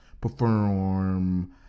perform